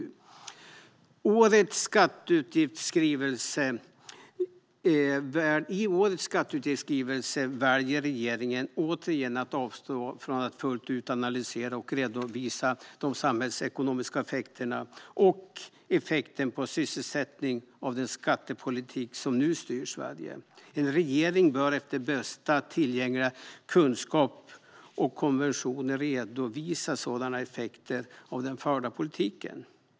I årets skatteutgiftsskrivelse väljer regeringen återigen att avstå från att fullt ut analysera och redovisa de samhällsekonomiska effekterna och effekten på sysselsättning av den skattepolitik som nu styr Sverige. En regering bör efter bästa tillgängliga kunskap och konventioner redovisa sådana effekter av den förda politiken.